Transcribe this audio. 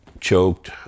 choked